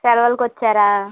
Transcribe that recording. సెలవులకు వచ్చారా